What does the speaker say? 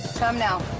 come now.